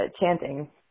chanting